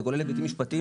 זה כולל היבטים משפטיים,